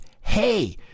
hey